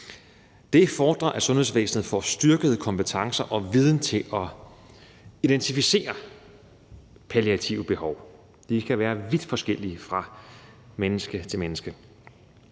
Det fordrer, at sundhedsvæsenet får styrkede kompetencer og viden til at identificere palliative behov. De kan være vidt forskellige fra menneske til menneske.